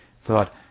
thought